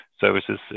services